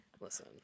listen